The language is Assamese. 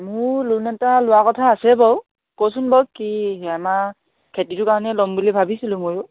মোৰ লোন এটা লোৱা কথা আছে বাৰু কচোন বাৰু কি আমা খেতিটোৰ কাৰণে ল'ম বুলি ভাবিছিলোঁ ময়ো